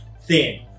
thin